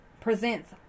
presents